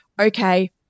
okay